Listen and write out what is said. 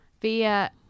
Via